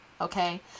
Okay